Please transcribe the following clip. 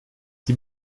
die